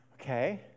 okay